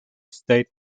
state